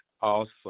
awesome